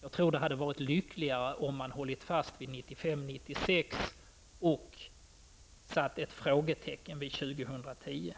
Det hade nog varit lyckligare om man hade hållit fast vid 1995/96 och satt ett frågetecken vid 2010.